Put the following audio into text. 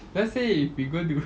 let's say if we go to